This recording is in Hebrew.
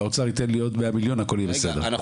האוצר ייתן לו עוד 100 מיליון הכול יהיה בסדר.